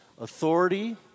Authority